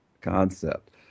concept